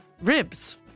ribs